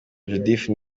judith